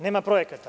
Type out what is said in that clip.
Nema projekata.